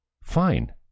fine